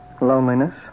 Loneliness